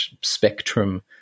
spectrum